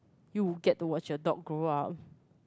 you get to watch your dog grow up